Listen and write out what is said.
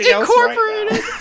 Incorporated